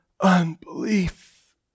unbelief